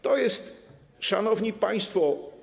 To jest, szanowni państwo.